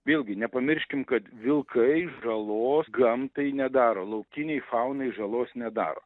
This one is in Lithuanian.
vėlgi nepamirškim kad vilkai žalos gamtai nedaro laukinei faunai žalos nedaro